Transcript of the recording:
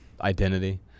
identity